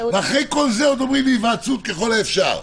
ואחרי כל זה עוד אומרים היוועצות ככל האפשר.